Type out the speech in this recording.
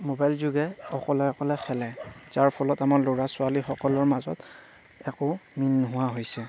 mobile যোগে অকলে অকলে খেলে যাৰ ফলত আমাৰ ল'ৰা ছোৱালীসকলৰ মাজত একো মিল নোহোৱা হৈছে